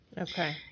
Okay